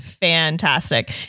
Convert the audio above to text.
fantastic